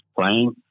playing